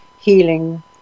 healing